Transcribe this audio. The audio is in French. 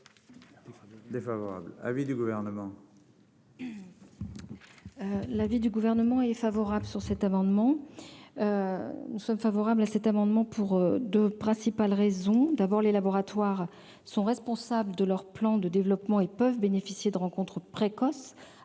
L'avis du Gouvernement est favorable sur cet amendement, nous sommes favorables à cet amendement pour 2 principales raisons : d'abord, les laboratoires sont responsables de leur plan de développement et peuvent bénéficier de rencontre précoce